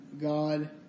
God